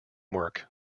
work